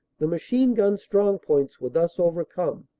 the machine-gun strong points were thus overcome,